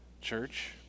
church